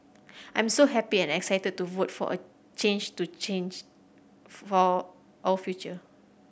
I'm so happy and excited to vote for a change to change for our future